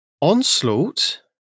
onslaught